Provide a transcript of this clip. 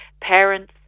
parents